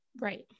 Right